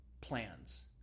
plans